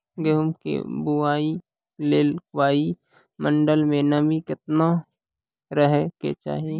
गेहूँ के बुआई लेल वायु मंडल मे नमी केतना रहे के चाहि?